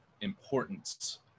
importance